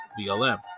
BLM